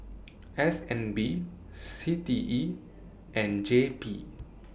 S N B C T E and J P